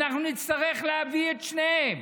אנחנו נצטרך להביא את שניהם